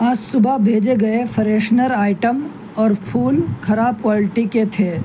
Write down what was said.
آج صبح بھیجے گئے فریشنر آئٹم اور پھول خراب کوائلٹی کے تھے